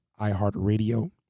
iHeartRadio